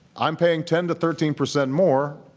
i'm paying ten to thirteen percent more,